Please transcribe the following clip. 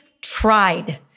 tried